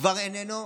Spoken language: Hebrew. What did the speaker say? כבר איננו,